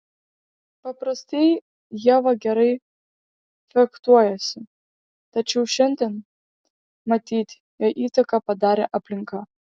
paprastai ieva gerai fechtuojasi tačiau šiandien matyt jai įtaką padarė aplinka